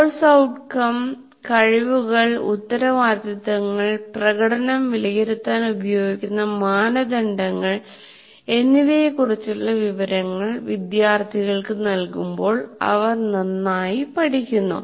course outcome കഴിവുകൾ ഉത്തരവാദിത്തങ്ങൾ പ്രകടനം വിലയിരുത്താൻ ഉപയോഗിക്കുന്ന മാനദണ്ഡങ്ങൾ എന്നിവയെക്കുറിച്ചുള്ള വിവരങ്ങൾ വിദ്യാർത്ഥികൾക്ക് നൽകുമ്പോൾ അവർ നന്നായി പഠിക്കുന്നു